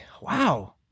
Wow